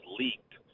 leaked